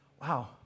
Wow